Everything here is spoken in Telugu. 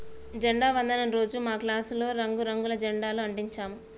జెండా వందనం రోజు మా క్లాసులో రంగు రంగుల జెండాలు అంటించాము